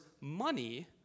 money